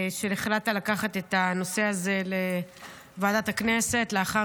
שהחלטת לקחת את הנושא הזה לוועדת הכנסת לאחר